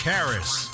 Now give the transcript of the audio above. Harris